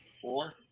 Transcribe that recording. four